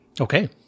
Okay